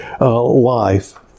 life